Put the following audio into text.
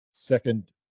second